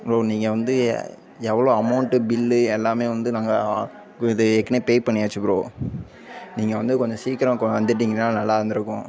bro நீங்கள் வந்து எவ்வளோ அமௌண்ட்டு பில்லு எல்லாமே வந்து நாங்கள் ஆ இது ஏற்கனவே பே பண்ணியாச்சு ப்ரோ நீங்கள் வந்து கொஞ்சம் சீக்கிரம் கொ வந்துவிட்டீங்கன்னா நல்லா இருந்துருக்கும்